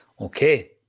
Okay